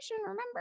Remember